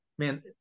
man